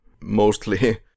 Mostly